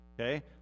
Okay